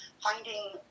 finding